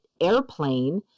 airplane